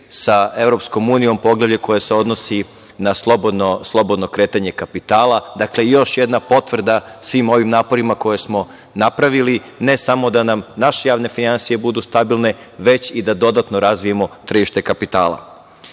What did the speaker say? sa EU, poglavlje koje se odnosi na slobodno kretanje kapitala. Dakle, još jedna potvrda svim ovim naporima koje smo napravili, ne samo da nam naše javne finansije budu stabilne, već i da dodatno razvijemo tržište kapitala. Prošle